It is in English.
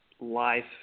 life